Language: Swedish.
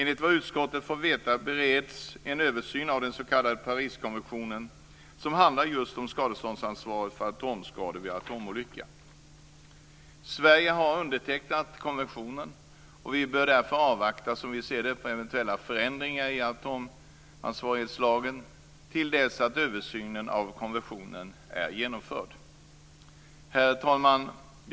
Enligt vad utskottet fått veta förbereds en översyn av den s.k. Pariskonventionen som handlar om skadeståndsansvaret för atomskador vid atomolycka. Sverige har undertecknat konventionen, och vi bör därför avvakta eventuella förändringar i atomansvarighetslagen till dess att översynen av konventionen är genomförd. Herr talman!